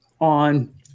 on